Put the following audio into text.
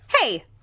Hey